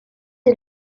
est